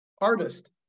Artist